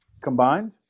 Combined